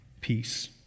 peace